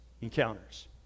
encounters